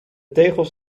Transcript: tegels